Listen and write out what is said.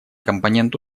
компонент